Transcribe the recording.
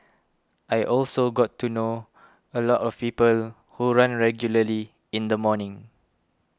I also got to know a lot of people who run regularly in the morning